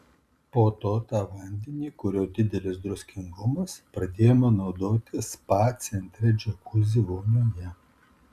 po to tą vandenį kurio didelis druskingumas pradėjome naudoti spa centre džiakuzi vonioje